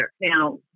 now